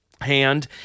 hand